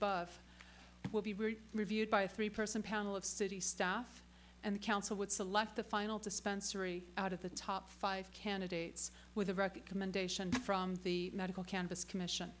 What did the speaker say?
above will be reviewed by a three person panel of city staff and the council would select the final dispensary out of the top five candidates with a recommendation from the medical canvass commission